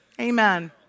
Amen